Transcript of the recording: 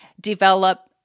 develop